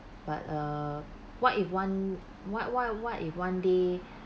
but err what if one what why what if one day